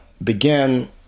began